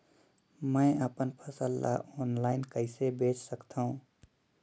मैं अपन फसल ल ऑनलाइन कइसे बेच सकथव?